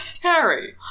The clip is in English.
Harry